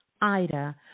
Ida